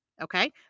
Okay